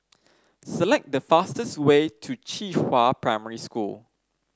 select the fastest way to Qihua Primary School